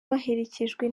baherekejwe